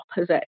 opposite